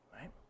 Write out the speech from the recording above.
Right